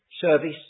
service